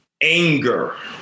anger